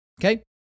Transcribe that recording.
Okay